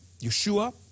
Yeshua